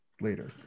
later